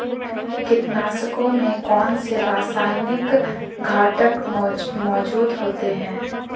कीटनाशकों में कौनसे रासायनिक घटक मौजूद होते हैं?